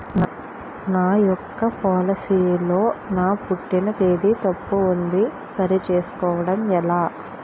నా యెక్క పోలసీ లో నా పుట్టిన తేదీ తప్పు ఉంది సరి చేసుకోవడం ఎలా?